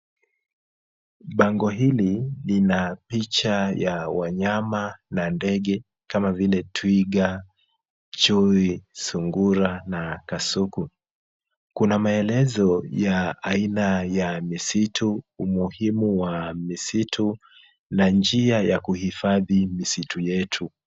Bango hili lina picha ya wanyama na ndege kama vile twiga, chui, sungura na kasuku. Kuna maelezo ya aina ya misitu, umuhimu wa misitu na njia ya kuhifadhi misitu yetu.